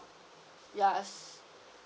ya